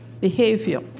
behavior